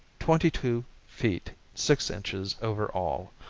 twenty-two feet six inches over all,